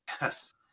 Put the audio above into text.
Yes